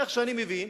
כפי שאני מבין,